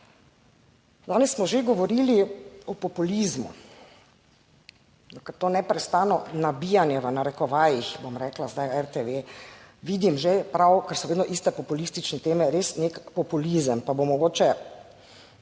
Danes smo že govorili o populizmu, ker to neprestano nabijanje v narekovajih, bom rekla, zdaj RTV, vidim že prav, ker so vedno iste populistične teme, res nek populizem. Pa bom mogoče,